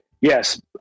Yes